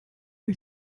are